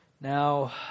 Now